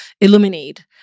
illuminate